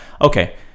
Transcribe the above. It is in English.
okay